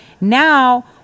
now